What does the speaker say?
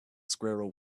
squirrel